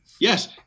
Yes